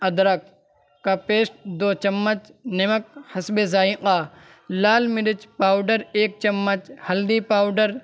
ادرک کا پیسٹ دو چمچ نمک حسب ذائقہ لال مرچ پاؤڈر ایک چمچ ہلدی پاؤڈر